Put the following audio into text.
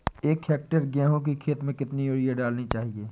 एक हेक्टेयर गेहूँ की खेत में कितनी यूरिया डालनी चाहिए?